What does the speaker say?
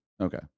Okay